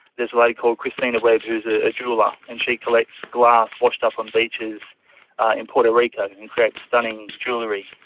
there's a lady called kristina webb who is ah a jeweller, and she collects glass washed up on beaches in puerto rico and creates stunning jewellery.